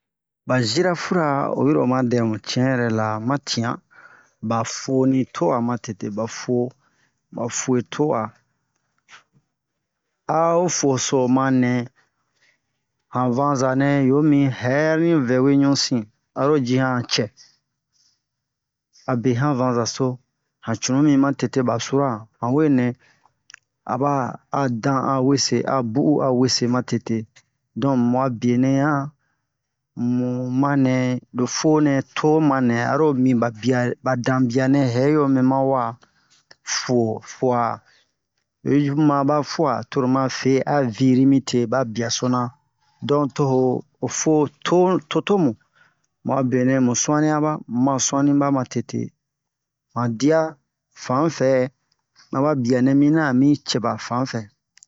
ba zirafura oyi ro oma dɛ mu ci'in yɛrɛla ma ti'an ba foni to'a ma tete ba fu'o ba fu'e to'a a'o fo so ma nɛ han vanza nɛ yo mi hɛre ni vɛwe ɲusi aro ji han cɛ abe han vanza so han cunu mi ma tete ba sura han we nɛ a ba a dan'a we se a bu'u a we se ma tete don mu'a benɛ yan mu ma nɛ lo fo nɛ to ma nɛ aro mi ba bia ba danbia nɛ hɛre yo mi ma wa fuo fua oyi ju mu ma ba fua toro ma fe a viri mi te ba biaso na don to ho fo tonu totomu mu'a benɛ mu suani a ba mu ma suani ba ma tete han dia fanfɛ a ba bianɛ mina a mi cɛ ba fanfɛ